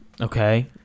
Okay